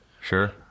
Sure